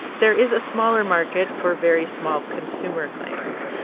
there is a smaller market for very small consumer claims,